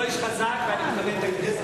אני לא איש חזק, ואני מכבד את הכנסת.